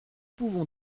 pouvons